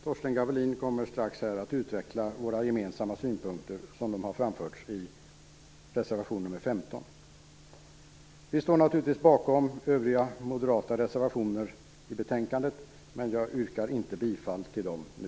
Torsten Gavelin kommer strax att utveckla våra gemensamma synpunkter som de har framförts i reservation nr 15. Vi står naturligtvis bakom övriga moderata reservationer i betänkandet, men jag yrkar inte bifall till dem nu.